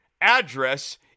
address